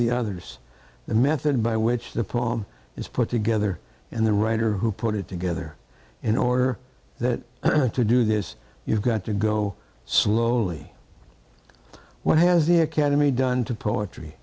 the others the method by which the poem is put together and the writer who put it together in order that to do this you've got to go slowly what has the academy done to poetry